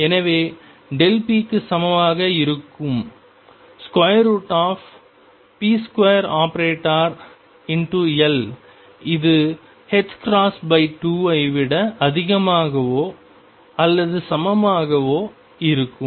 எனவே p க்கு சமமாக இருக்கும் ⟨p2⟩L இது 2 ஐ விட அதிகமாகவோ அல்லது சமமாகவோ இருக்கும்